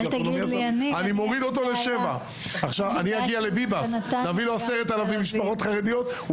תגידו לביבס שמעבירים אליו 10,000 משפחות חרדיות,